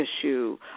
issue